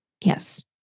Yes